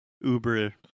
Uber